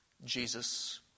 Jesus